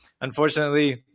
Unfortunately